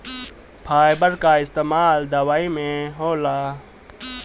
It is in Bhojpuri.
फाइबर कअ इस्तेमाल दवाई में होला